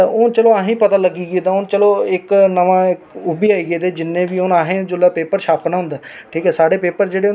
उस टाइम च जां साढ़े पापा जा साढ़े दादे परदादे जिस टाइम निकले उस टाइम च लेडिसज घरा बड़िया घट्ट निकलदियां हां अज्ज जम्मू कशमीर च जेहकियां